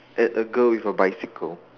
at a girl with a bicycle